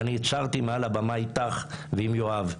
והצהרתי מעל הבמה איתך ועם יואב,